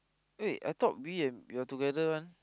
wait I thought we and you're together one